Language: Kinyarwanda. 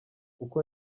kuko